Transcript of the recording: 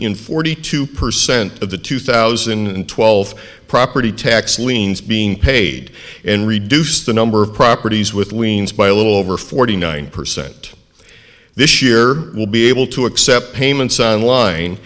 in forty two percent of the two thousand and twelve property tax liens being paid and reduced the number of properties with liens by a little over forty nine percent this year will be able to accept payments on line